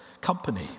company